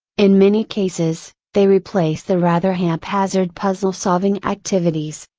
in many cases, they replace the rather haphazard puzzle solving activities,